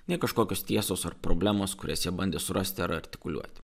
ne kažkokios tiesos ar problemos kurias jie bandė surasti ar artikuliuoti